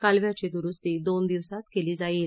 कालव्याची दरुस्ती दोन दिवसात केली जाईल